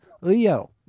Leo